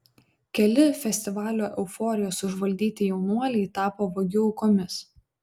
keli festivalio euforijos užvaldyti jaunuoliai tapo vagių aukomis